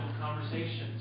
conversations